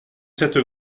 cette